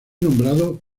nombrado